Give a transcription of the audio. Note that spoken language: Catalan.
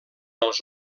als